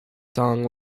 song